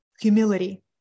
humility